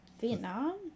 Vietnam